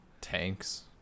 tanks